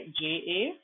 JA